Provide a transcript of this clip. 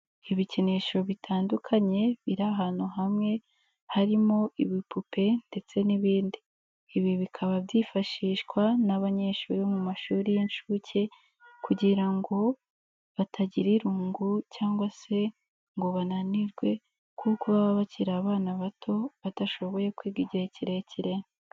Ibikinisho bitandukanye biri ahantu hamwe harimo ibipupe ndetse n'ibindi, ibi bikaba byifashishwa n'abanyeshuri bo mu mashuri y'inshuke kugira ngo batagira irungu cyangwa se ngo bananirwe kuko baba bakiri abana bato badashoboye kwiga igihe kirekire.